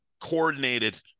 coordinated